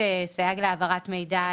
יש סייג להעברת מידע,